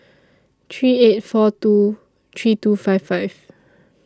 three eight four two three two five five